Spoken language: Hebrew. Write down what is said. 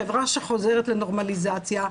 חברה שחוזרת לנורמליזציה,